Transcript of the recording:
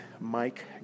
mike